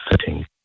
sitting